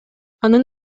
анын